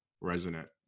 resonant